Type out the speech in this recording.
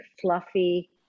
fluffy